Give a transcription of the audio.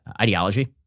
ideology